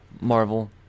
Marvel